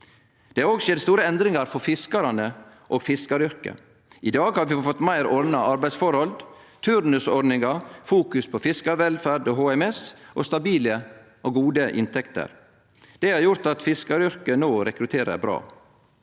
Det har òg skjedd store endringar for fiskarane og fiskaryrket. I dag har vi fått meir ordna arbeidsforhold, turnusordningar, fokus på fiskarvelferd og HMS og stabile og gode inntekter. Det har gjort at fiskaryrket nå rekrutterer bra.